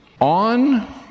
on